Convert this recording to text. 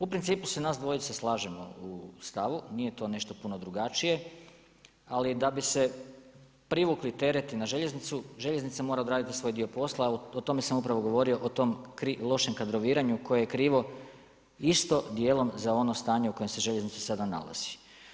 U principu se nas dvojica slažemo u stavu, nije to nešto puno drugačije ali da bi se privukli teret na željeznicu, željeznica mora odraditi svoj dio posla, o tome sam upravo govorio, o tom lošem kadroviranju, koje je krivo isto dijelom za ono stanje u kojem se željeznice sada nalazi.